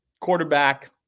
quarterback